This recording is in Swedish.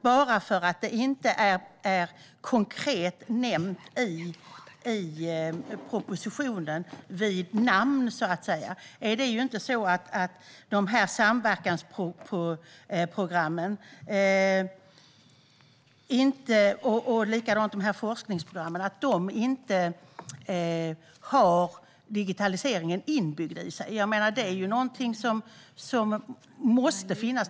Bara för att det inte är konkret nämnt i propositionen vid namn, så att säga, är det inte så att de här samverkansprogrammen och forskningsprogrammen inte har digitaliseringen inbyggd i sig. Det är ju någonting som måste finnas.